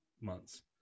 months